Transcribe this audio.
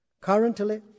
Currently